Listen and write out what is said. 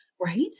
Right